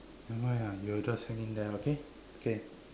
never mind ah we'll just hang in there okay okay